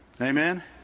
Amen